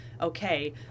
okay